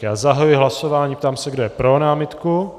Já zahajuji hlasování a ptám se, kdo je pro námitku.